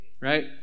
right